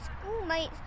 schoolmates